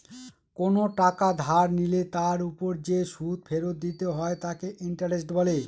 কোন টাকা ধার নিলে তার ওপর যে সুদ ফেরত দিতে হয় তাকে ইন্টারেস্ট বলে